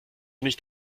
nicht